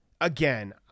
Again